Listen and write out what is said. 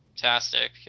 Fantastic